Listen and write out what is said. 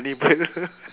cannibal